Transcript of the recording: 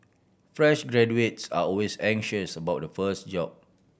fresh graduates are always anxious about the first job